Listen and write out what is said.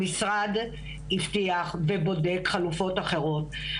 המשרד הבטיח ובודק חלופות אחרות.